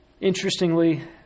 interestingly